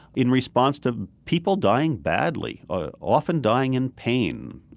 in response to people dying badly, ah often dying in pain,